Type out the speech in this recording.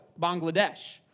Bangladesh